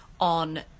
on